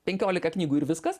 penkiolika knygų ir viskas